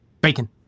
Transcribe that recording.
bacon